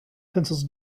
pencils